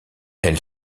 elle